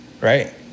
right